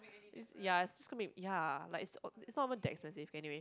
it's ya it's just gonna make ya like it's not even that expensive okay anyway